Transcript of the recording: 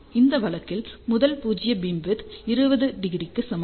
இந்த வழக்கில் முதல் பூஜ்ய பீம்விட்த் 20° க்கு சமம்